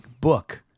book